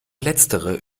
letztere